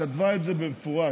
כתבה את זה במפורש.